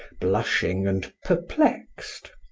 blushing and perplexed.